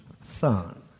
son